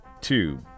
two